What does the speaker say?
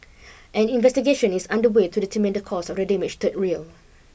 an investigation is under way to determine the cause of the damaged third rail